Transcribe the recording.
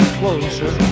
closer